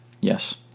Yes